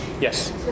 Yes